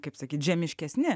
kaip sakyt žemiškesni